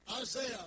Isaiah